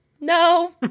No